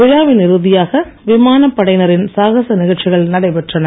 விழாவின் இறுதியாக விமானப் படையினரின் சாகச நிகழ்ச்சிகள் நடைபெற்றன